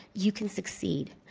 you can succeed.